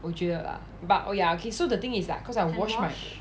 我觉得 lah but ya okay so the thing is like cause I wash right